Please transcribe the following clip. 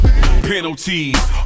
Penalties